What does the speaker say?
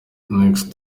next